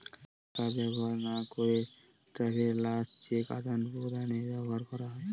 টাকা ব্যবহার না করে ট্রাভেলার্স চেক আদান প্রদানে ব্যবহার করা হয়